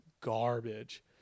garbage